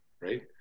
right